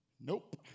Nope